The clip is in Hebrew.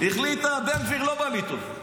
היא החליטה: בן גביר לא בא לי טוב.